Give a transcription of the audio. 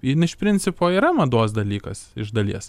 jin iš principo yra mados dalykas iš dalies